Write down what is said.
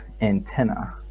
antenna